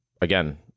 again